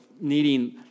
needing